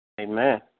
Amen